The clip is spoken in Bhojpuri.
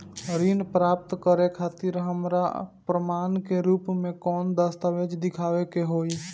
ऋण प्राप्त करे खातिर हमरा प्रमाण के रूप में कौन दस्तावेज़ दिखावे के होई?